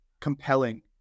compelling